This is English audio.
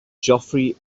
geoffrey